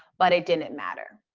but it didn't matter.